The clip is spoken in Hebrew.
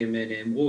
כי הן נאמרו,